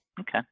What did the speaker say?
Okay